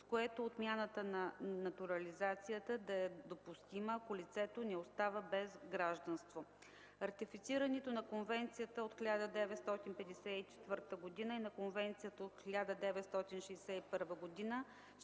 с което отмяната на натурализацията да е допустима, ако лицето не остава без гражданство. Ратифицирането на Конвенцията от 1954 г. и на Конвенцията от 1961 г.